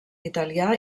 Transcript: italià